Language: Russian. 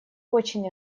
очень